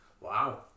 Wow